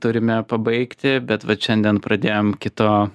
turime pabaigti bet vat šiandien pradėjom kito